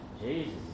Jesus